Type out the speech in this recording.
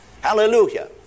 Hallelujah